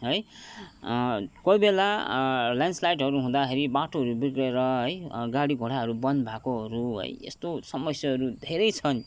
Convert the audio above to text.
है कोही बेला ल्यान्डस्लाइडहरू हुँदाखेरि बाटोहरू बिग्रिएर गाडी घोडाहरू बन्द भएकोहरू है यस्तो समस्याहरू धेरै छन्